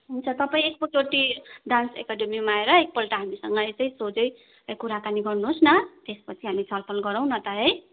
हुन्छ तपाईँ एक चोटि डान्स एकेडेमीमा आएर एक पल्ट हामीसँग यसै सोझै कुराकानी गर्नु होस् न त्यस पछि हामी छल फल गरौँ न त है